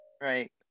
Right